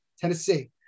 Tennessee